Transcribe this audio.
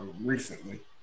recently